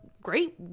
great